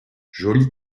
joli